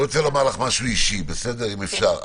אני רוצה לומר לך משהו אישי, אם אפשר.